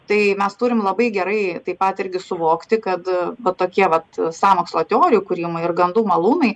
tai mes turim labai gerai tai patirtį suvokti kad tokie vat sąmokslo teorijų kūrimo ir gandų malūnai